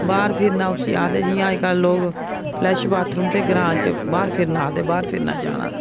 बाह्र फिरना उसी आखदे जि'यां अजकल लोक फ्लैश बाथरूम ते ग्रांऽ च बाह्र फिरना आखदे बाह्र फिरना जाना